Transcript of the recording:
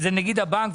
שזה נגיד הבנק,